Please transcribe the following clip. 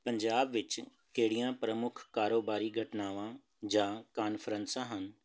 ਪੰਜਾਬ ਵਿੱਚ ਕਿਹੜੀਆਂ ਪ੍ਰਮੁੱਖ ਕਾਰੋਬਾਰੀ ਘਟਨਾਵਾਂ ਜਾਂ ਕਾਨਫਰੰਸਾਂ ਹਨ